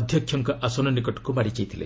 ଅଧ୍ୟକ୍ଷଙ୍କ ଆସନ ନିକଟକୁ ମାଡ଼ି ଯାଇଥିଲେ